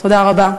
תודה רבה.